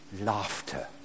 Laughter